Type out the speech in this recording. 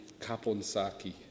Kaponsaki